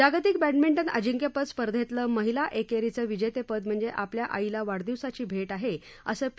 जागतिक बड्डमिंटन अजिंक्यपद स्पर्धेतलं महिला एकरीचं विजेतेपद म्हणजे आपल्या आईला वाढदिवसाची भेट आहे असं पी